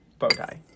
Bowtie